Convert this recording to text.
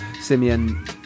Simeon